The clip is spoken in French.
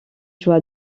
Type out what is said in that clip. joie